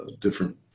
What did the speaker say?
different